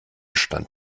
stand